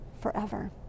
forever